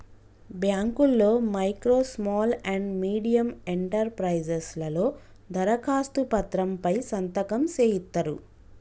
బాంకుల్లో micro small and medium enterprises లలో దరఖాస్తు పత్రం పై సంతకం సేయిత్తరు